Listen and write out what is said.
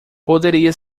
poderia